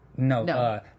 No